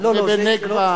ובנגבה,